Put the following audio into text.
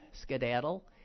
skedaddle